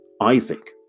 Isaac